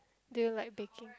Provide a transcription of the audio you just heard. do you like baking